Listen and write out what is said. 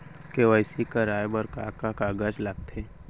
KYC कराये बर का का कागज लागथे?